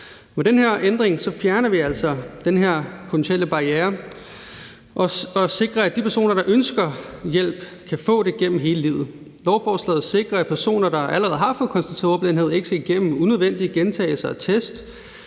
Med den her ændring fjerner vi altså den potentielle barriere og sikrer, at de personer, der ønsker hjælp, kan få det gennem hele livet. Lovforslaget sikrer, at personer, der allerede har fået konstateret ordblindhed, ikke skal igennem unødvendige gentagelser af test